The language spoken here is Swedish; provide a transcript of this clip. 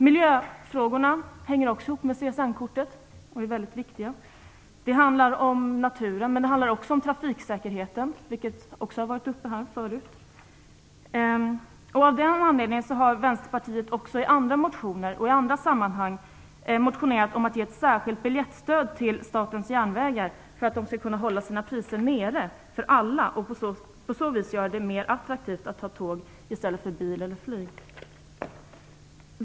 Miljöfrågorna hänger också ihop med frågan om CSN-kortet, och de är väldigt viktiga. Det handlar om naturen, men det handlar också om trafiksäkerheten, vilket också har berörts här förut. Av den anledningen har Vänsterpartiet i andra motioner och i andra sammanhang föreslagit ett särskilt biljettstöd till Statens Järnvägar för att det skall kunna hålla nere sina priser för alla och på så vis göra det mer attraktivt att ta tåg i stället för bil eller flyg.